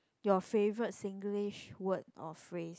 your favorite Singlish word or phrase